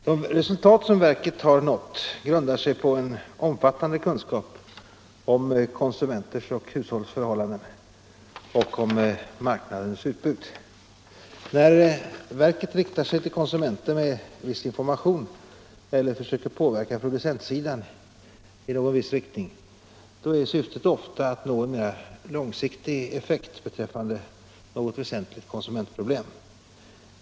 De resultat som verket har nått grundar sig på en omfattande kunskap om konsumenters och hushålls förhållanden och om marknadens utbud. Där verket riktar sig till konsumenter med viss information eller försöker påverka producentsidan i någon viss riktning är syftet ofta att nå en mera långsiktig effekt beträffande något väsentligt konsumentproblem.